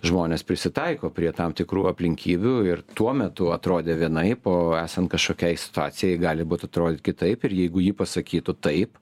žmonės prisitaiko prie tam tikrų aplinkybių ir tuo metu atrodė vienaip o esant kažkokiai situacijai gali būt atrodyt kitaip ir jeigu ji pasakytų taip